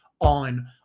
on